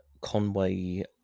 Conway